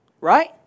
right